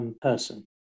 person